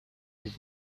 his